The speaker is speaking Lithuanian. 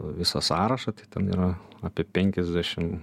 visą sąrašą tai ten yra apie penkiasdešim